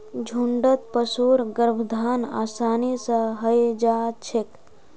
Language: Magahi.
झुण्डत पशुर गर्भाधान आसानी स हई जा छेक